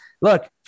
Look